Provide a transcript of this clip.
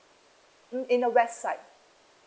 mm in the website